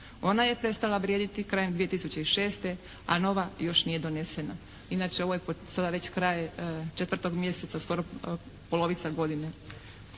Ona je prestala vrijediti krajem 2006., a nova još nije donesena. Inače ovo je već sada kraj 4. mjeseca, skoro polovica godine.